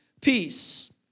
peace